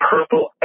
Purple